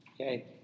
Okay